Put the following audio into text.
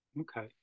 Okay